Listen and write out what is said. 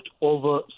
over